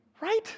right